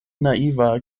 naiva